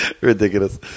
Ridiculous